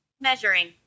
Measuring